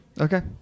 Okay